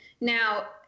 now